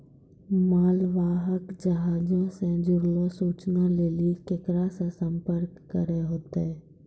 मालवाहक जहाजो से जुड़लो सूचना लेली केकरा से संपर्क करै होतै?